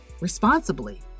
responsibly